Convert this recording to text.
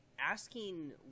asking